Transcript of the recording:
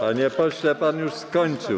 Panie pośle, pan już skończył.